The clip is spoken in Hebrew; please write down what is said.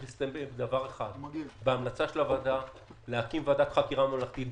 להסתיים בדבר אחד: בהמלצה של הוועדה להקים ועדת חקירה ממלכתית.